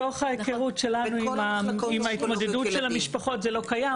מתוך ההכרות שלנו עם התמודדות המשפחות זה לא קיים,